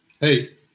Hey